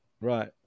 Right